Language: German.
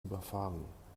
überfahren